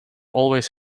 always